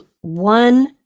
one